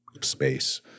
space